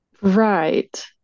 Right